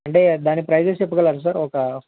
అంటే దాని ప్రైజెస్ చెప్పగలరా సార్ ఒక